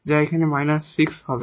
যা এখানে −6 হবে